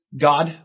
God